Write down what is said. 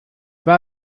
war